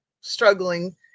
struggling